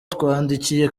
twandikiye